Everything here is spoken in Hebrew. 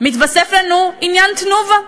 מתווסף לנו עניין "תנובה".